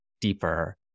deeper